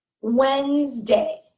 Wednesday